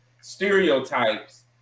stereotypes